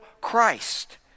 Christ